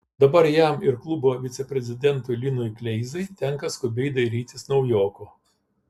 dabar jam ir klubo viceprezidentui linui kleizai tenka skubiai dairytis naujoko